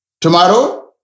Tomorrow